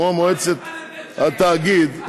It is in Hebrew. כמו מועצת התאגיד,